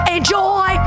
Enjoy